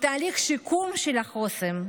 את תהליך השיקום של החוסן,